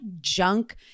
junk